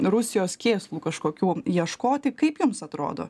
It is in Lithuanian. rusijos kėslų kažkokių ieškoti kaip jums atrodo